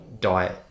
diet